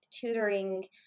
tutoring